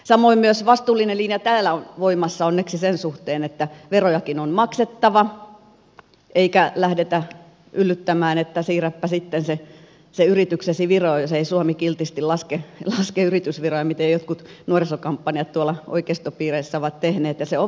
samoin vastuullinen linja täällä on voimassa onneksi myös sen suhteen että verojakin on maksettava eikä lähdetä yllyttämään että siirräpä sitten se yrityksesi viroon jos ei suomi kiltisti laske yritysveroja mitä jotkut nuorisokampanjat tuolla oikeistopiireissä ovat tehneet ja se on vastuutonta politiikkaa